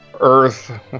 earth